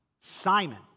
Simon